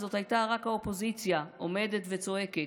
זאת רק האופוזיציה עומדת וצועקת,